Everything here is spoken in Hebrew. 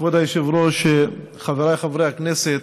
כבוד היושב-ראש, חבריי חברי הכנסת,